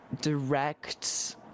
direct